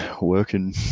working